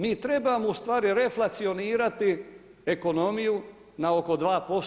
Mi trebamo ustvari reflacionirati ekonomiju na oko 2%